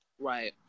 Right